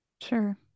Sure